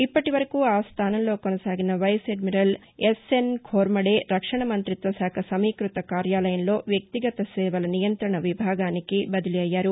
ఇప్పటి వరకు ఆ స్థానంలో కొనసాగిన వైస్అధ్నిరల్ ఎస్ఎన్ ఘోర్నదే రక్షణ మంతిత్వశాఖ సమీకృత కార్యాలయంలో వ్యక్తిగత సేవల నియంత్రణ విభాగానికి బదిలీ అయ్యారు